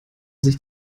sich